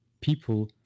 people